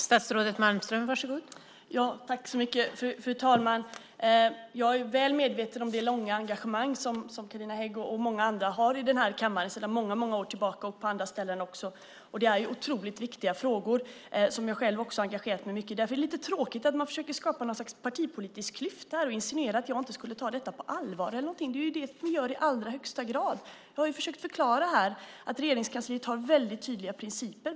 Fru talman! Jag är väl medveten om det långvariga engagemang som Carina Hägg och många andra i denna kammare och på andra ställen har. Det är otroligt viktiga frågor som jag själv också engagerat mig mycket i. Därför är det lite tråkigt att man försöker skapa något slags partipolitisk klyfta och insinuerar att jag inte skulle ta detta på allvar. Det är någonting vi gör i allra högsta grad. Jag har försökt förklara här att Regeringskansliet har väldigt tydliga principer.